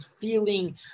feeling